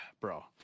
bro